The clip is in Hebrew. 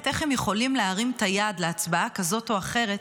איך הם יכולים להרים את היד להצבעה כזאת או אחרת,